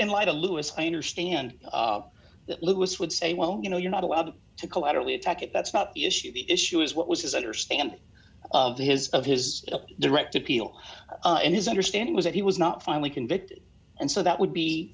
in light of lewis i understand that lewis would say well you know you're not allowed to collaterally attack it that's not the issue the issue is what was his understand of his of his direct appeal and his understanding was that he was not finally convicted and so that would be